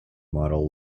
model